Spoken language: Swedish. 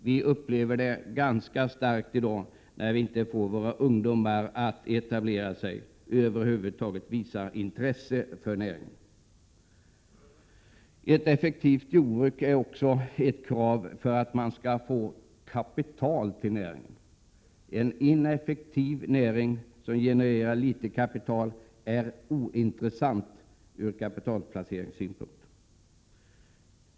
Vi upplever detta ganska starkt i dag, när vi inte får våra ungdomar att etablera sig inom eller över huvud taget visa intresse för näringen. Ett effektivt jordbruk är också ett krav för att man skall få kapital till näringen. En ineffektiv näring, som genererar litet kapital, är ointressant ur kapitalplaceringssynpunkt.